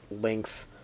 length